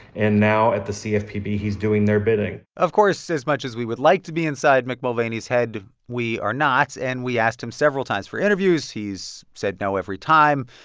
and now at the cfpb, he's doing their bidding of course, as much as we would like to be inside mick mulvaney's head, we are not. and we asked him several times for interviews. he's said no every time.